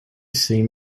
seen